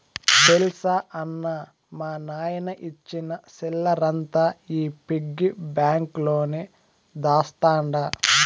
తెల్సా అన్నా, మా నాయన ఇచ్చిన సిల్లరంతా ఈ పిగ్గి బాంక్ లోనే దాస్తండ